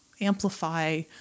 amplify